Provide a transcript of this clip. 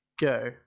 go